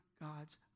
God's